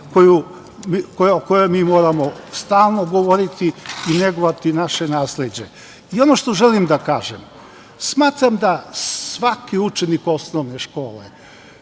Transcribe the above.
kojoj mi moramo stalno govoriti i negovati naše nasleđe. Ono što želim da kažem, smatram da svaki učenik osnovne škole